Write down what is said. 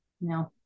No